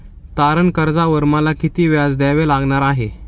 तारण कर्जावर मला किती व्याज द्यावे लागणार आहे?